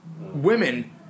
women